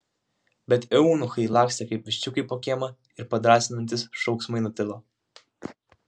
bet eunuchai lakstė kaip viščiukai po kiemą ir padrąsinantys šauksmai nutilo